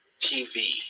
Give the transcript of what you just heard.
TV